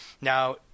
Now